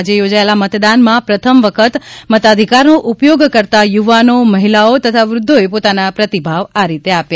આજે યોજાયેલા મતદાનમાં પ્રથમ વખત મતાધિકારનો ઉપયોગ કરતા યુવાનો મહિલાઓ તથા વૃદ્વોએ પોતાના પ્રતિભાવ આપ્યા